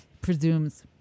presumes